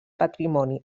patrimoni